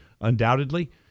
undoubtedly